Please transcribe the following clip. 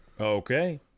Okay